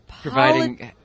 Providing